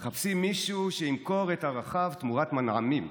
מחפשים מישהו שימכור את ערכיו תמורת מנעמים,